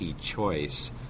choice